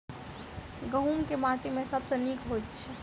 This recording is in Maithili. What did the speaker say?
गहूम केँ माटि मे सबसँ नीक होइत छै?